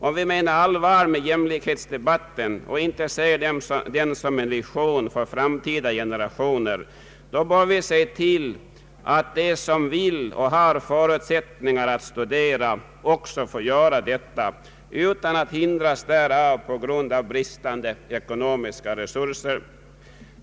Om vi menar allvar med jämlikhetsdebatten och inte tar jämlikheten som en vision för framtida generationer, bör vi se till att de som vill och har förutsättningar att studera också får göra detta utan att hindras på grund av bristande ekonomiska resurser.